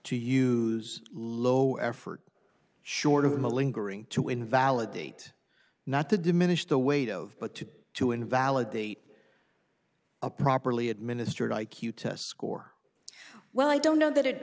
to use low effort short of the lingering to invalidate not to diminish the weight of but to two invalid the a properly administered i q test score well i don't know that it